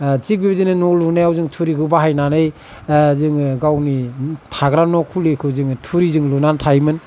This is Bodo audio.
थिग बेबादिनो न' लुनायाव जोङो थुरिखौ बाहायनानै जोङो गावनि थाग्रा न' खुलिखौ जोङो थुरिजों लुनानै थायोमोन